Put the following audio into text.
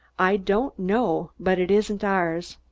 i don't know but it isn't ours.